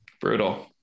brutal